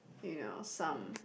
you know some